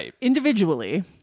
individually